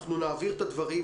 אנחנו נעביר את הדברים.